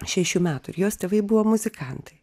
šešių metų ir jos tėvai buvo muzikantai